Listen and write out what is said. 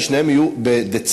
ששתיהן יהיו בדצמבר,